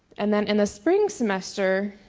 and then in the spring semester